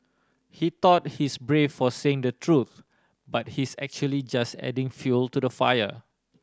he thought he's brave for saying the truth but he's actually just adding fuel to the fire